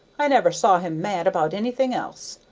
i never saw him mad about anything else,